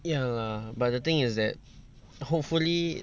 ya lah but the thing is that hopefully